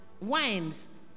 wines